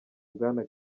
bwana